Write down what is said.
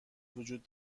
وجود